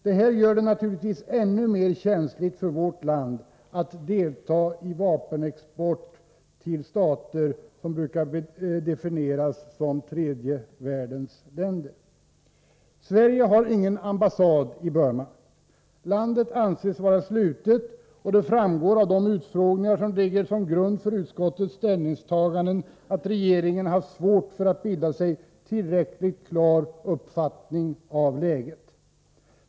Detta gör det naturligtvis ännu mer känsligt för vårt land att delta i vapenexport till de stater som brukar definieras som tredje världens länder. Sverige har ingen ambassad i Burma. Landet anses vara slutet, och det framgår av de utfrågningar som ligger till grund för utskottets ställningstaganden att regeringen haft svårt att bilda sig en tillräckligt klar uppfattning om läget.